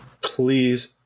please